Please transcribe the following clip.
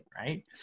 right